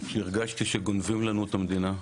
שהרגשתי שגונבים לנו את המדינה,